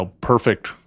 perfect